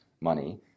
money